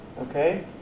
Okay